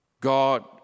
God